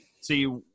See